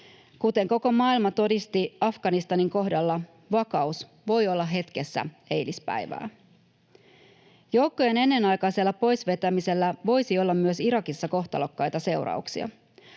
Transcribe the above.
Kuten koko maailma todisti Afganistanin kohdalla, vakaus voi olla hetkessä eilispäivää. Joukkojen ennenaikaisella pois vetämisellä voisi olla myös Irakissa kohtalokkaita seurauksia.